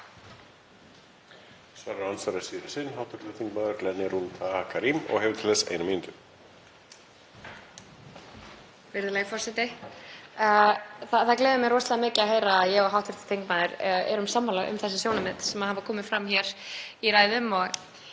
Það gleður mig rosalega mikið að heyra að ég og hv. þingmaður erum sammála um þessi sjónarmið sem hafa komið fram í ræðum